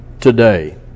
today